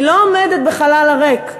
היא לא עומדת בחלל ריק.